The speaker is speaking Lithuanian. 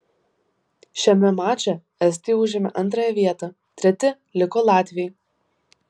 šiame mače estai užėmė antrąją vietą treti liko latviai